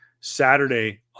Saturday